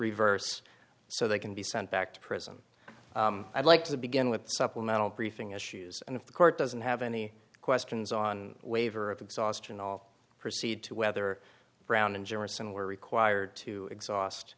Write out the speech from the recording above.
reverse so they can be sent back to prison i'd like to begin with supplemental briefing issues and if the court doesn't have any questions on waiver of exhaustion all proceed to whether brown and generous and were required to exhaust